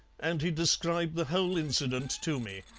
and he described the whole incident to me.